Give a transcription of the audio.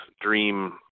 dream